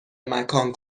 مکان